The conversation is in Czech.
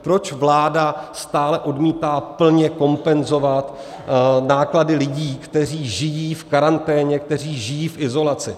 Proč vláda stále odmítá plně kompenzovat náklady lidí, kteří žijí v karanténě, kteří žijí v izolaci?